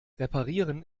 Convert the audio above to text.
reparieren